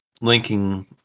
linking